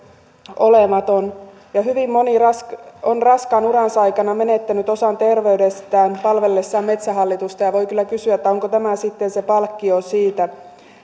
olematon ja hyvin moni on raskaan uransa aikana menettänyt osan terveydestään palvellessaan metsähallitusta ja voi kyllä kysyä onko tämä sitten se palkkio siitä